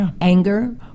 anger